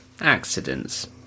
accidents